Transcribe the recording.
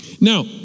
Now